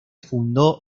fundó